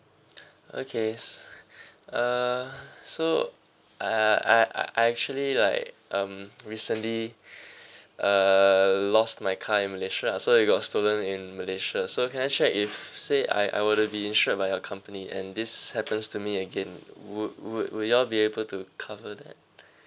okay uh so I I I actually like um recently uh lost my car in malaysia so it got stolen in malaysia so can I check if say I I will be insured by your company and this happens to me again would would would y'all be able to cover